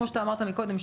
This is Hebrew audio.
כמו שאמרת מקודם,